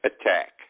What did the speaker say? attack